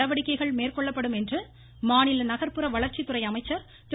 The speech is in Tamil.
நடவடிக்கைகள் மேற்கொள்ளப்படும் என்று மாநில நகர்ப்புற வளர்ச்சித்துறை அமைச்சர் திரு